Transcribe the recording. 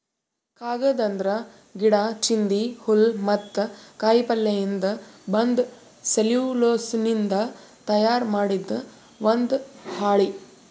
ಕಾಗದ್ ಅಂದ್ರ ಗಿಡಾ, ಚಿಂದಿ, ಹುಲ್ಲ್ ಮತ್ತ್ ಕಾಯಿಪಲ್ಯಯಿಂದ್ ಬಂದ್ ಸೆಲ್ಯುಲೋಸ್ನಿಂದ್ ತಯಾರ್ ಮಾಡಿದ್ ಒಂದ್ ಹಾಳಿ